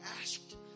asked